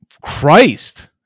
Christ